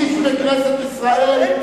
איש בכנסת ישראל.